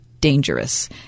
Dangerous